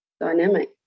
dynamic